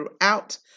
throughout